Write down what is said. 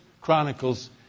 Chronicles